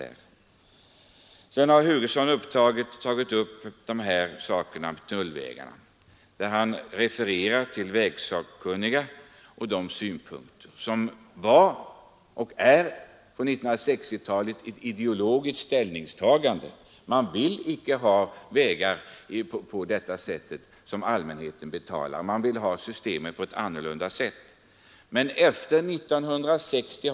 När herr Hugosson sedan tog upp frågan om tullvägarna refererade han till vägsakkunnigas synpunkter, men de ingick under 1960-talet i ett ideologiskt ställningstagande. Man ville inte ha avgiftsbelagda vägar för allmänheten, utan man ville ha ett annat finansieringssystem. Men det har ju hänt en del efter 1960!